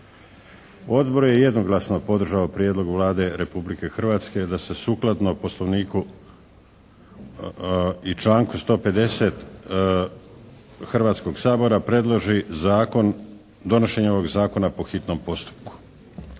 Odbor je jednoglasno podržao prijedlog Vlade Republike Hrvatske da se sukladno Poslovniku i članku 150. Hrvatskog sabora predloži donošenje ovog Zakona po hitnom postupku.